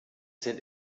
sind